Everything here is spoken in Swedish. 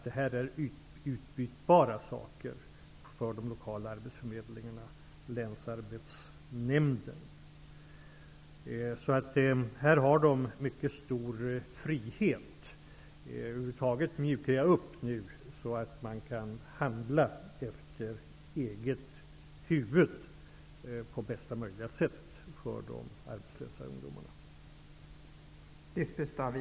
Det här är utbytbara saker för de lokala arbetsförmedlingarna och länsarbetsnämnden. Här har de mycket stor frihet. Det sker över huvud taget en uppmjukning nu, så att man efter eget huvud kan handla på bästa möjliga sätt för de arbetslösa ungdomarna.